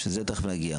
שלזה תכף נגיע.